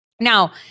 Now